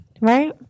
Right